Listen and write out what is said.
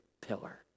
pillar